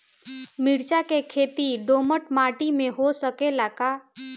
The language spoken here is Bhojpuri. मिर्चा के खेती दोमट माटी में हो सकेला का?